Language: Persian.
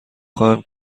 خواهیم